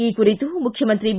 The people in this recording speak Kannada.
ಈ ಕುರಿತು ಮುಖ್ಯಮಂತ್ರಿ ಬಿ